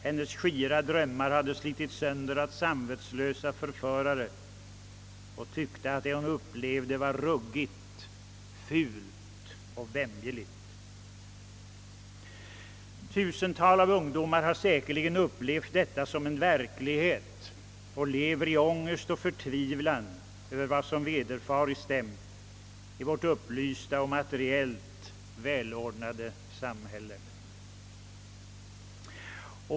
Hennes skira drömmar hade slitits av samvetslösa förförare, och hon tyckte att vad hon upplevde var ruggigt, fult och vämjeligt. För tusentals ungdomar har säkerligen detta varit en verklighet, och de 1ever i ångest och förtvivlan över vad som vederfarits dem i vårt upplysta och materiellt välordnade samhälle.